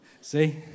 See